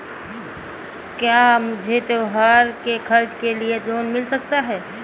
क्या मुझे त्योहार के खर्च के लिए लोन मिल सकता है?